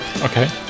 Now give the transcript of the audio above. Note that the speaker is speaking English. Okay